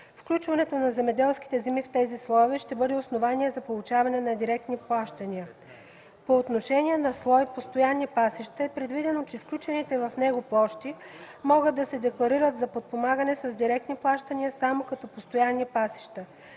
Включването на земеделските земи в тези слоеве ще бъде основание за получаване на директни плащания. По отношение на слой „Постоянни пасища” е предвидено, че включените в него площи могат да се декларират за подпомагане с директни плащания само като постоянни пасища.